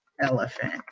elephant